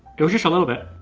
it was just a little bit.